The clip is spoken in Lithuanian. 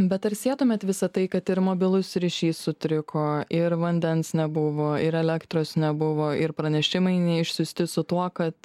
bet ar sietumėt visą tai kad ir mobilus ryšys sutriko ir vandens nebuvo ir elektros nebuvo ir pranešimai neišsiųsti su tuo kad